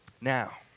Now